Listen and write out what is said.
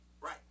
right